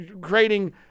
creating